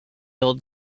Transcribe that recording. old